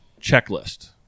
checklist